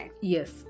Yes